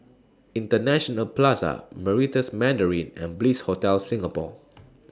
International Plaza Meritus Mandarin and Bliss Hotel Singapore